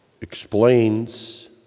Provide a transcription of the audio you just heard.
explains